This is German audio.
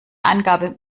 angabe